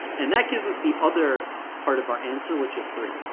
and that gives us the other part of our answer, which is three.